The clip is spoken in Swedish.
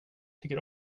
tycker